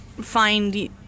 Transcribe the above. find